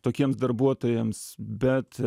tokiems darbuotojams bet